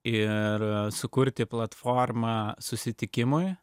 ir sukurti platformą susitikimui